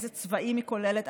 איזה צבעים היא כוללת,